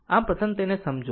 આમ પ્રથમ તેને સમજો